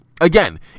again